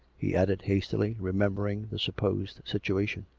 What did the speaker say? he added hastily, remembering the supposed situation.